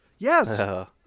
Yes